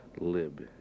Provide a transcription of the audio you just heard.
lib